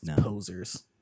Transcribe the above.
posers